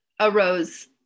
arose